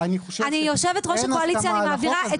אני יושבת ראש הקואליציה ואני מעבירה את